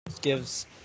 Gives